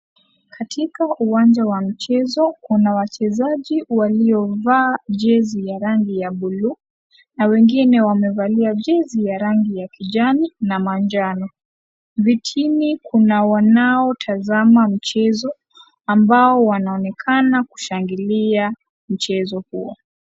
Katika uwanja wa mchezo kuna wachezaji waliovaa jezi ya rangi ya bluu, na wengine wamevalia jezi ya rangi ya kijani na manjano. Vitini kuna wanaotazama mchezo, ambao wanaonekana kushangilia mchezo huo.